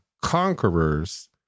conquerors